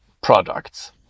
products